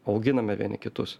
auginame vieni kitus